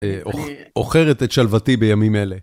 עוכרת את שלוותי בימים אלה.